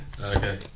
Okay